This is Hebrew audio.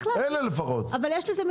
לפחות אלה.